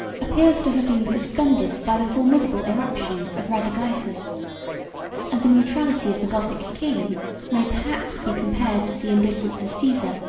appears to have been suspended by the formidable irruption of radagaisus and the neutrality of the gothic king may perhaps be compared to the indifference of caesar,